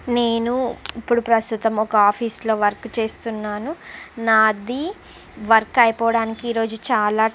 నేను ఇప్పుడు ప్రస్తుతం ఒక ఆఫీసులో వర్క్ చేస్తున్నాను నాది వర్క్ అయిపోవడానికి ఈరోజు చాలా